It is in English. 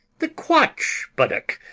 the quatch buttock,